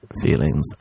feelings